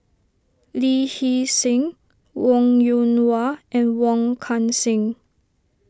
Lee Hee Seng Wong Yoon Nu Wah and Wong Kan Seng